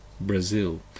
Brazil